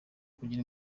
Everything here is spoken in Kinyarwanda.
kugira